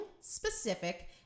specific